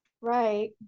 Right